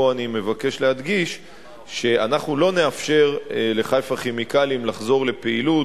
פה אני מבקש להדגיש שאנחנו לא נאפשר ל"חיפה כימיקלים" לחזור לפעילות,